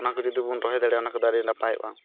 ᱚᱱᱟ ᱠᱚ ᱡᱩᱫᱤ ᱵᱚᱱ ᱨᱚᱦᱚᱭ ᱫᱟᱲᱮᱭᱟᱜᱼᱟ ᱚᱱᱟ ᱠᱚᱫᱚ ᱟᱹᱰᱤ ᱱᱟᱯᱟᱭᱮᱜᱼᱟ